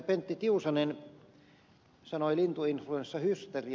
pentti tiusanen sanoi lintuinfluenssahysteria